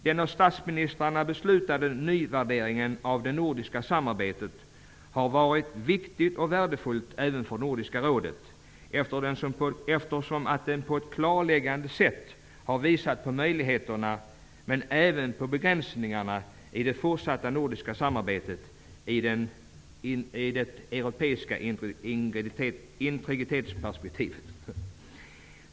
Den av statsministrarna beslutade nyvärderingen av det nordiska samarbetet har varit viktig och värdefull även för Nordiska rådet, eftersom den på ett klarläggande sätt har visat på möjligheterna och även på begränsningarna i det fortsatta nordiska samarbetet i det europeiska integritetsperspektivet.